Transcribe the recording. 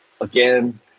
Again